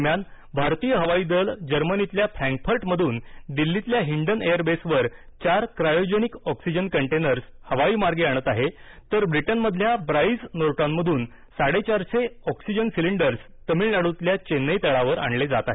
दरम्यान भारतीय हवाई दल जर्मनीतल्या फ्रॅंकफूर्टमधून दिल्लीतल्या हिंडन एअरबेसवर चार क्रायोजेनिक ऑक्सिजन कंटेनर्स हवाईमार्गे आणत आहे तर ब्रिटनमधल्या ब्राइझ नॉर्टॉनमधून साडेचारशे ऑक्सिजन सिलिंडर्स तमिळनाडूतल्या चेन्नई तळावर आणले जात आहेत